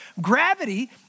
gravity